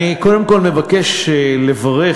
אני קודם כול מבקש לברך,